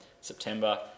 September